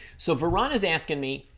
so firaon is asking me